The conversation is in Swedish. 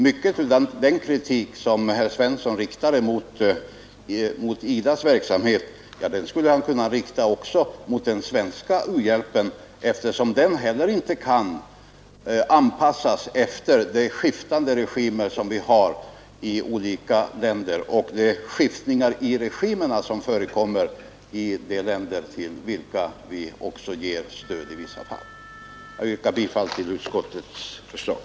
Mycket av den kritik som herr Svensson riktade mot IDA:s verksamhet kan han också rikta mot den svenska u-hjälpen, eftersom inte heller den kan anpassas efter de skiftande regimer som finns i olika länder och efter de skiftningar i regimerna som förekommer i länder, till vilka vi i vissa fall ger stöd. Jag yrkar bifall till utskottets förslag.